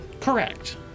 correct